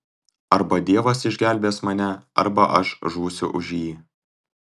arba dievas išgelbės mane arba aš žūsiu už jį